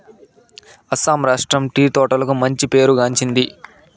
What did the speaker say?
అస్సాం రాష్ట్రం టీ తోటలకు మంచి పేరు గాంచింది